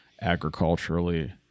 agriculturally